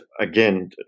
again